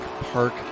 Park